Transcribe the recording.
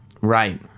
Right